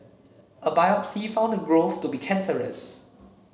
a biopsy found the growth to be cancerous